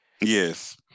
yes